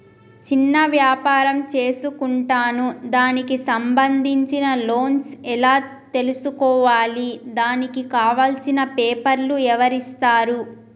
చిన్న వ్యాపారం చేసుకుంటాను దానికి సంబంధించిన లోన్స్ ఎలా తెలుసుకోవాలి దానికి కావాల్సిన పేపర్లు ఎవరిస్తారు?